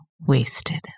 wasted